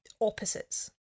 opposites